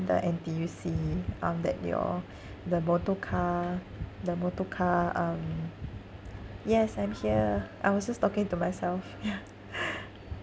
the N_T_U_C um that your the motorcar the motorcar um yes I'm here I was just talking to myself yeah